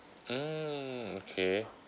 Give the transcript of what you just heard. mm okay